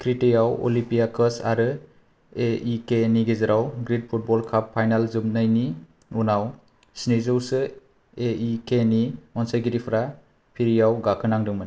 क्रेतेआव अलिपियाकस आरो A E K नि गेजेराव ग्रिक फुटबल काप फाइनाल जोबनायनि उनाव स्निजौसो ए ई के नि अनसाइगिरिफोरा फेरियाव गाखोदोंमोन